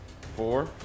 four